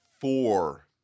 four